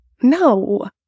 No